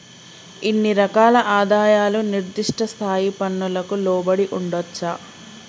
ఇన్ని రకాల ఆదాయాలు నిర్దిష్ట స్థాయి పన్నులకు లోబడి ఉండొచ్చా